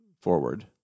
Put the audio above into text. forward